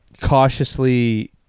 cautiously